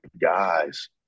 guys